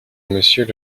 monsieur